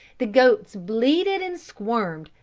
the goats bleated and squirmed,